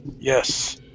yes